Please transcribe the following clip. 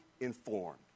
informed